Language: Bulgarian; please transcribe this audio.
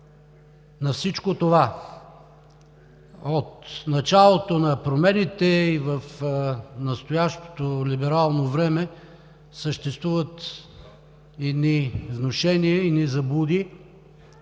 на всичко това! От началото на промените и в настоящото либерално време съществуват едни внушения, едни заблуди